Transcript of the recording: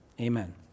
Amen